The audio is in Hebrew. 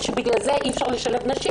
שבגלל זה אי אפשר לשלב נשים,